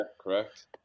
correct